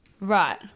Right